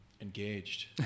engaged